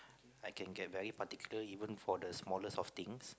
I can get very particular even for the smallest of things